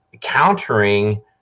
countering